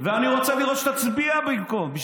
ואני רוצה לראות שתצביע בשבילה.